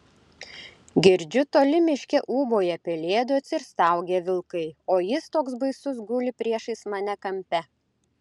girdžiu toli miške ūbauja pelėdos ir staugia vilkai o jis toks baisus guli priešais mane kampe